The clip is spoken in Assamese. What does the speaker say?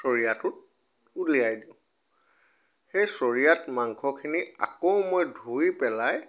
চৰিয়াটোত উলিয়াই দিওঁ সেই চৰিয়াত মাংসখিনি আকৌ মই ধুই পেলাই